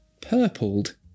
purpled